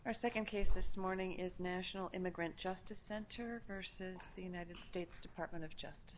our nd case this morning is national immigrant justice center or says the united states department of just